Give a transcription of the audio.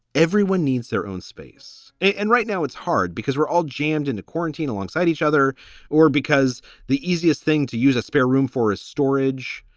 everyone needs their own space. and right now, it's hard because we're all jammed into quarantine alongside each other or because the easiest thing to use a spare room for is storage,